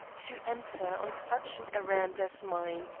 to enter, on such an errand as mine,